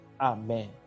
Amen